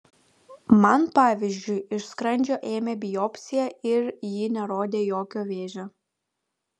man pavyzdžiui iš skrandžio ėmė biopsiją ir ji nerodė jokio vėžio